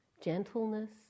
gentleness